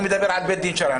אני מדבר על בית דין שרעי.